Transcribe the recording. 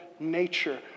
Nature